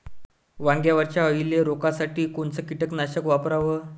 वांग्यावरच्या अळीले रोकासाठी कोनतं कीटकनाशक वापराव?